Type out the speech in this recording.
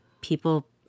people